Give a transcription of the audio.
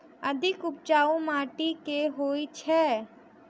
अधिक उपजाउ माटि केँ होइ छै?